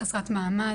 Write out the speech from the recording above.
חסרת מעמד,